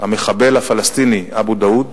המחבל הפלסטיני אבו דאוד,